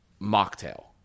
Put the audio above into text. mocktail